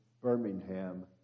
Birmingham